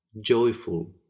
joyful